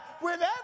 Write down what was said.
whenever